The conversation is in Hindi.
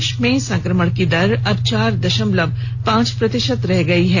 देश में संक्रमण की दर अब चार दशमलव पांच प्रतिशत रह गई है